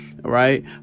Right